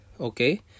Okay